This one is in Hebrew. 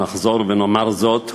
ונחזור ונאמר זאת,